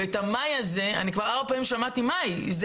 ואני כבר ארבע פעמים שמעתי את חודש מאי,